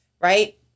Right